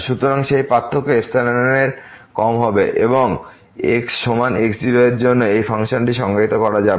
সুতরাং সেই পার্থক্য এর কম হবে এবং x সমান x0এর জন্য এই ফাংশনটি সংজ্ঞায়িত করা যাবে না